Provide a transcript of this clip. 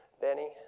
Benny